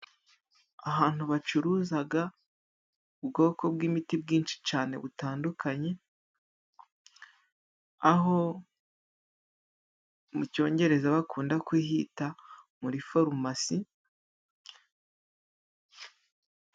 Ahantu bacuruzaga ubwoko bw'imiti bwinshi cyane butandukanye, aho mu cyongereza bakunda kuhita muri farumasi.